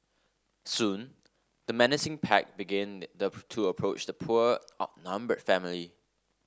soon the menacing pack began to approach the poor outnumbered family